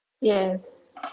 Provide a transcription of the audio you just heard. Yes